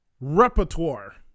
repertoire